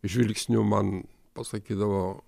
žvilgsniu man pasakydavo